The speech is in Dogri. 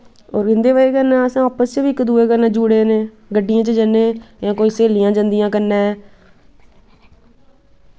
होर उं'दी बजह कन्नै अस आपस च बी इक दुऐ कन्नै जुड़ेने गड्डियें च जन्ने कोई स्हेलियां जंदियां कन्नै